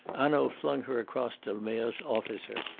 hanaud flung her across to lemerre's officer,